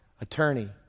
attorney